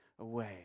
away